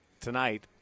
tonight